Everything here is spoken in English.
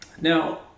Now